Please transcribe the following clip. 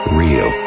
real